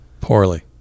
Poorly